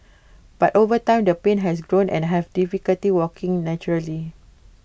but over time the pain has grown and I have difficulty walking naturally